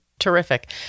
Terrific